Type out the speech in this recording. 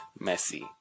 Messi